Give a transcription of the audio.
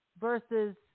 versus